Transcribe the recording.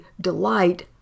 delight